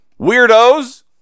Weirdos